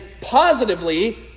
positively